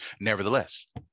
Nevertheless